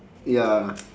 ya